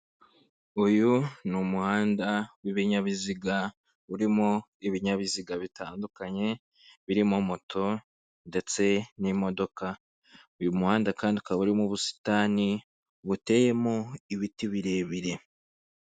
Uyu ni umuhanda w'ibinyabiziga urimo ibinyabiziga bitandukanye, biririmo moto, ndetse n'imodoka, uyu muhanda kandi ukaba urimo ubusitani buteyemo ibiti birebire.